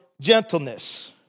Gentleness